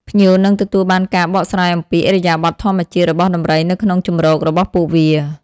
ភ្ញៀវនឹងទទួលបានការបកស្រាយអំពី ឥរិយាបថធម្មជាតិ របស់ដំរីនៅក្នុងជម្រករបស់ពួកវា។